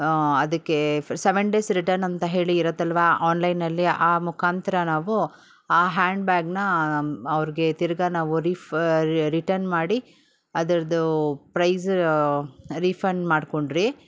ಅದಕ್ಕೆ seven days return ಅಂತ ಹೇಳಿ ಇರುತ್ತಲ್ವಾ ಆನ್ಲೈನಲ್ಲಿ ಆ ಮುಖಾಂತರ ನಾವು ಆ ಹ್ಯಾಂಡ್ ಬ್ಯಾಗ್ನಾ ಅವ್ರಿಗೆ ತಿರುಗಾ ನಾವು ರಿಫ ರಿಟನ್ ಮಾಡಿ ಅದರದ್ದು ಪ್ರೈಸ್ ರಿಫಂಡ್ ಮಾಡ್ಕೊಂಡ್ರಿ